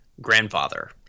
grandfather